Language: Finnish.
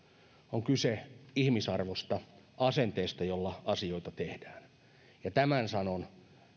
on kyse ihmisarvosta asenteesta jolla asioita tehdään ja tämän sanon